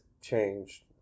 changed